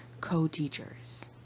co-teachers